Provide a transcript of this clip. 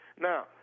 Now